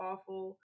awful